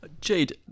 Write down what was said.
Jade